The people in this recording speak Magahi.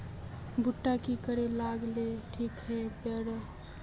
भुट्टा की करे लगा ले ठिक है बय?